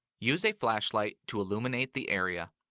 use a flashlight to illuminate the area.